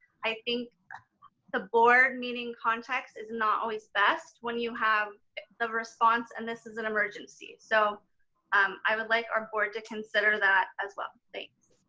i think the board meeting context is not always best when you have the response and this is an emergency. so um i would like our board to consider that as well, thanks.